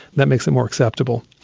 that makes it more acceptable.